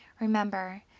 Remember